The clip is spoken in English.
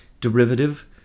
derivative